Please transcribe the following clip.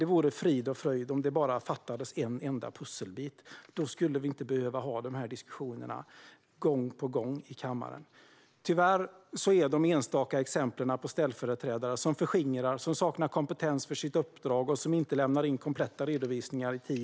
Det vore frid och fröjd om det bara fattades en enda pusselbit. Då skulle vi inte behöva ha dessa diskussioner gång på gång i kammaren. Tyvärr finns de enstaka exemplen på ställföreträdare som förskingrar, som saknar kompetens för sitt uppdrag och som inte lämnar in kompletta redovisningar i tid.